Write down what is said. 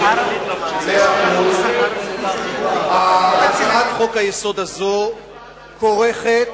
ההתאגדות, הצעת חוק-היסוד הזאת כורכת,